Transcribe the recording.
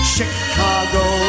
Chicago